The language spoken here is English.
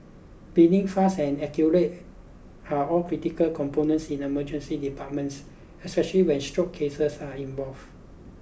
being fast and accurate are all critical components in emergency departments especially when stroke cases are involved